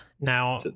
Now